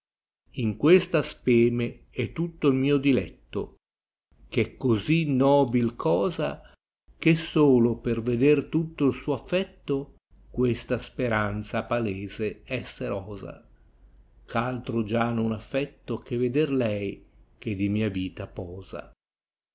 in questa speme è tutto il mio diletto ch è così nobil cosa che solo per veder tolto il suo affetto questa speranza palese esser osa chaltro già non affetto che veder lei cb è di mia vita posa